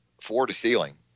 floor-to-ceiling